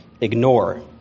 ignore